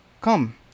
Come